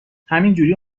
همینجوری